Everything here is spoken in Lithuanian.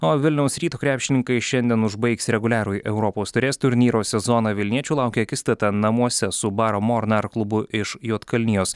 o vilniaus ryto krepšininkai šiandien užbaigs reguliarųjį europos taurės turnyro sezoną vilniečių laukia akistata namuose su baro mornar klubu iš juodkalnijos